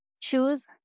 Choose